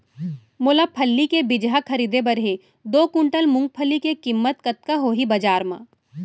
मोला फल्ली के बीजहा खरीदे बर हे दो कुंटल मूंगफली के किम्मत कतका होही बजार म?